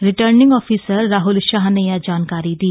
returning officer Rahul Shah ने यह जानकारी दी